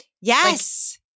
Yes